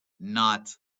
not